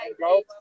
go